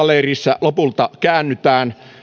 leirissä lopulta käännytään